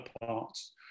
parts